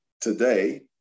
today